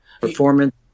performance